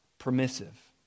permissive